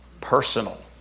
Personal